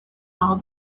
all